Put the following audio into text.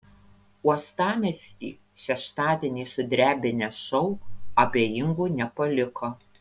uostamiestį šeštadienį sudrebinęs šou abejingų nepaliko